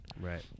Right